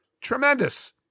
Tremendous